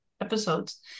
episodes